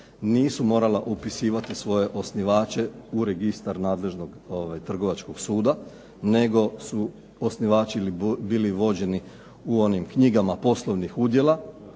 nisu morala upisivati svoje osnivače u registar nadležnog trgovačkog suda, nego su osnivači bili vođeni u onim knjigama poslovnih udjela,